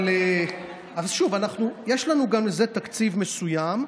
אבל שוב, יש לנו גם לזה תקציב מסוים.